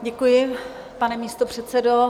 Děkuji, pane místopředsedo.